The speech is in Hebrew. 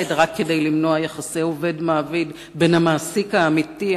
רק כדי למנוע יחסי עובד-מעביד בין המעסיק האמיתי,